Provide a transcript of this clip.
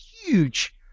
huge